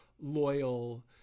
loyal